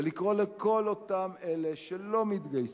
ולקרוא לכל אותם אלה שלא מתגייסים,